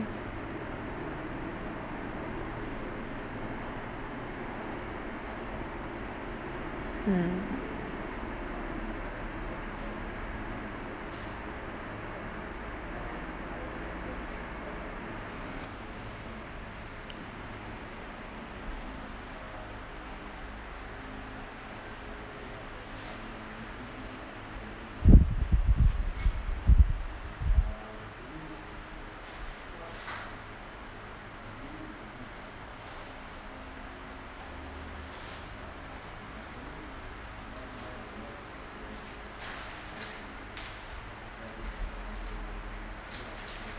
mm